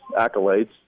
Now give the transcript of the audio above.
accolades